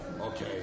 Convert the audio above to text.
okay